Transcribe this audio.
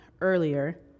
earlier